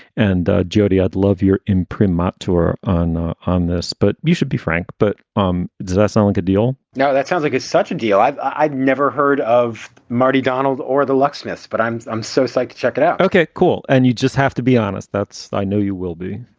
and jody, i'd love your imprimatur tour on on this, but you should be frank. but um does that ah sound like a deal now? that sounds like such a deal. i'd never heard of marty donald or the locksmiths but i'm i'm so psyched. check it out okay, cool. and you just have to be honest. that's. i know you will be.